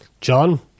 John